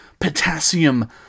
potassium